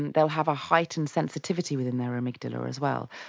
and they'll have a heightened sensitivity within their amygdala as well,